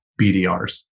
BDRs